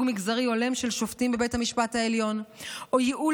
מגזרי הולם של שופטים בבית המשפט העליון או ייעול